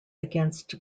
against